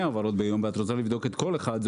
העברות ביום ואת רוצה לבדוק את כל אחת מהן,